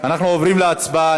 אנחנו עוברים להצבעה.